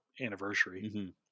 anniversary